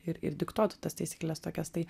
ir ir diktuotų tas taisykles tokias tai